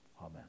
Amen